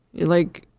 like,